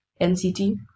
NCT